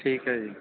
ਠੀਕ ਹੈ ਜੀ